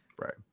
Right